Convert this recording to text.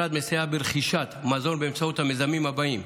ברכישת מזון באמצעות המיזמים הבאים: